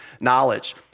knowledge